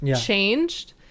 changed